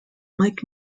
mike